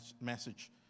message